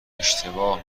اشتباه